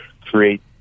create